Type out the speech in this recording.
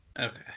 Okay